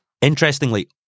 Interestingly